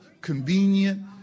convenient